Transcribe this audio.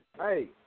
Hey